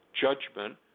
judgment